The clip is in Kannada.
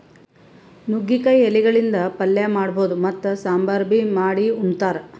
ನುಗ್ಗಿಕಾಯಿ ಎಲಿಗಳಿಂದ್ ಪಲ್ಯ ಮಾಡಬಹುದ್ ಮತ್ತ್ ಸಾಂಬಾರ್ ಬಿ ಮಾಡ್ ಉಂತಾರ್